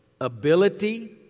ability